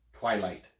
Twilight